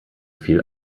viel